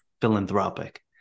philanthropic